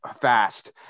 fast